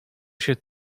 się